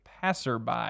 Passerby